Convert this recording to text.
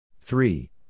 three